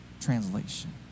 translation